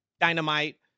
Dynamite